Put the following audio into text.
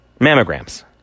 mammograms